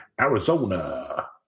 Arizona